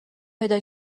پیدا